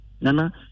Nana